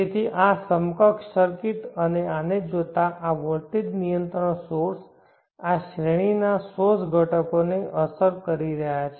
તેથી આ સમકક્ષ સર્કિટ અને આને જોતા આ વોલ્ટેજ નિયંત્રણ સોર્સ આ શ્રેણીના સોર્સ ઘટકોને અસર કરી રહ્યા છે